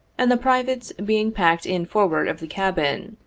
and the privates being packed in forward of the cabin,